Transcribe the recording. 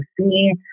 see